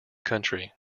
country